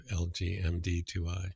lgmd2i